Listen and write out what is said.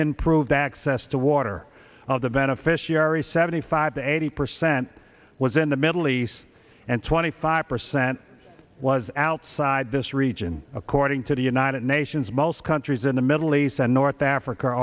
that access to water of the beneficiaries seventy five to eighty percent was in the middle east and twenty five percent was outside this region according to the united nations most countries in the middle east and north africa